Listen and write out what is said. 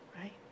right